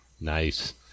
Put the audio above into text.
nice